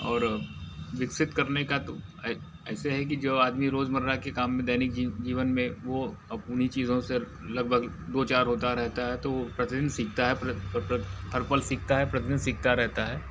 और विकसित करने का तो ऐसे है कि जो आदमी रोज़मर्रा के काम में दैनिक जीवन में वह अब उन्हीं चीज़ों से लगभग दो चार होता रहता है तो वह प्रतिदिन सीखता है हर पल सीखता है प्रतिदिन सीखता रहता है